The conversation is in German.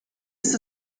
ist